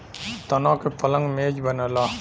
तना के पलंग मेज बनला